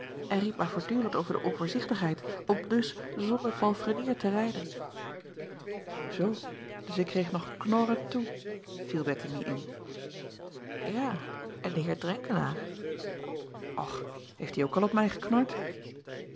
en riep maar voortdurend over de onvoorzichtigheid om dus zonder palfrenier te rijden oo dus ik kreeg nog knorren toe viel ettemie in a en de eer renkelaer ch heeft die ook al op mij geknord